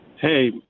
Hey